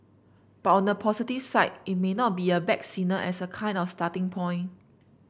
but on the positive side it may not be a bad signal as a kind of starting point